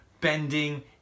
bending